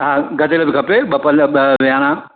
हा गदेलो बि खपे ॿ पल ॿ विहाणा